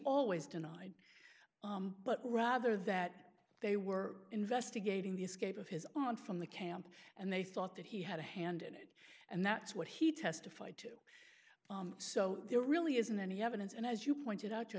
always denied but rather that they were investigating the escape of his aunt from the camp and they thought that he had a hand in it and that's what he testified to so there really isn't any evidence and as you pointed out